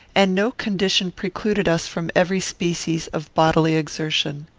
and no condition precluded us from every species of bodily exertion.